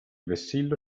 vessillo